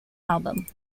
album